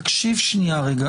תקשיב רגע,